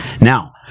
Now